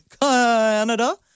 Canada